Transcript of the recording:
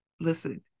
listen